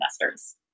investors